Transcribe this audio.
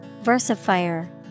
Versifier